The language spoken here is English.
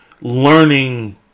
learning